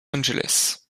angeles